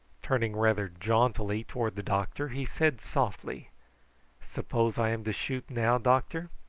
turning rather jauntily towards the doctor he said softly suppose i am to shoot now, doctor?